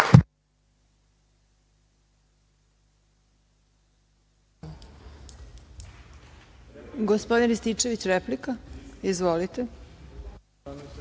Hvala.